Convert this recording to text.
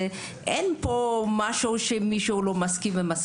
אין פה משהו שמישהו לא מסכים לגביו.